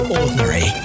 ordinary